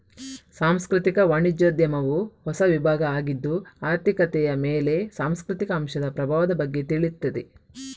ಸಾಂಸ್ಕೃತಿಕ ವಾಣಿಜ್ಯೋದ್ಯಮವು ಹೊಸ ವಿಭಾಗ ಆಗಿದ್ದು ಆರ್ಥಿಕತೆಯ ಮೇಲೆ ಸಾಂಸ್ಕೃತಿಕ ಅಂಶದ ಪ್ರಭಾವದ ಬಗ್ಗೆ ತಿಳೀತದೆ